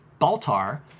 Baltar